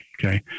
Okay